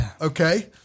Okay